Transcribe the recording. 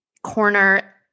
corner